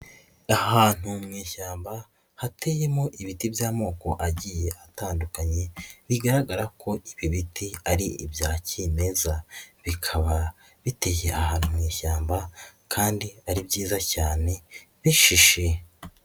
Ahantu mu ishyamba hateyemo ibiti by'amoko agiye atandukanye bigaragara ko ibi biti ari ibya kimeza, bikaba biteye ahantu mu ishyamba kandi ari byiza cyane bishishe.